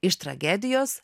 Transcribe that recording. iš tragedijos